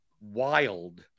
wild